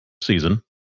season